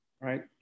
right